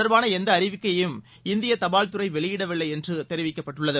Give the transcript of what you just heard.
தொடர்பான எந்த அறிவிக்கையையும் இந்திய தபால்துறை வெளியிடவில்லை என்று இது தெரிவிக்கப்பட்டுள்ளது